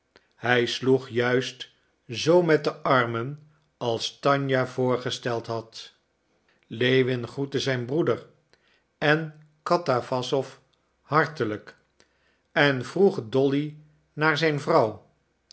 hij sloeg juist zoo met de armen als tanja voorgesteld had lewin groette zijn broeder on katawassow hartelijk en vroeg dolly naar zijn vrouw